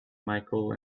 micheal